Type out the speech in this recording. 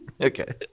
Okay